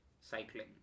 Cycling